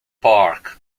park